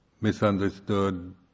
misunderstood